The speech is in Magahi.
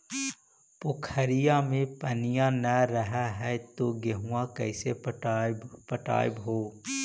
पोखरिया मे पनिया न रह है तो गेहुमा कैसे पटअब हो?